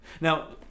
now